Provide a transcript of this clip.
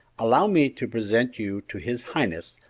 allow me to present you to his highness,